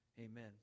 Amen